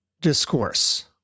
discourse